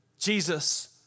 Jesus